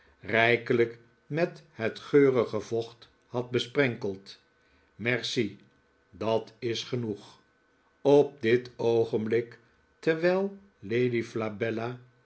rijkelijk met het geurige vocht had besprenkeld merci dat is genoeg op dit oogenblik terwijl lady flabella